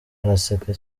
araseka